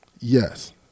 yes